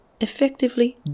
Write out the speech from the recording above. effectively